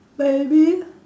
maybe